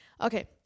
Okay